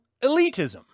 elitism